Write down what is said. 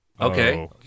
Okay